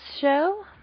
show